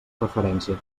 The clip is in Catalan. referència